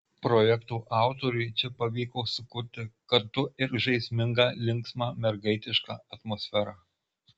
projekto autoriui čia pavyko sukurti kartu ir žaismingą linksmą mergaitišką atmosferą